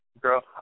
girl